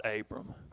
Abram